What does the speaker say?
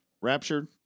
raptured